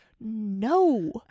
No